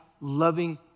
loving